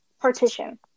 partition